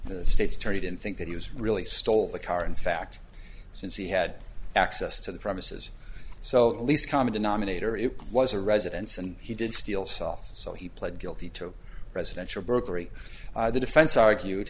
the state's attorney didn't think that he was really stole the car in fact since he had access to the premises so at least common denominator it was a residence and he did steal self so he pled guilty to residential burglary the defense argued